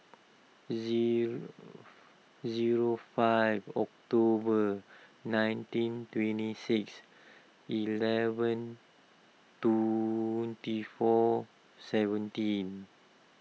zero zero five October nineteen twenty six eleven twenty four seventeen